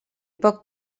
poc